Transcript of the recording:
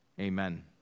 Amen